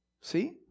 See